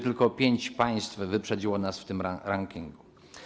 Tylko pięć państw wyprzedziło nas w tym rankingu.